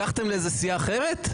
לקחתם לאיזו סיעה אחרת?